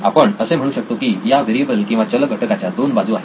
आपण असे म्हणू शकतो की या व्हेरिएबल किंवा चलघटकाच्या दोन बाजू आहेत